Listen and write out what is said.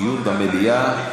דיון במליאה?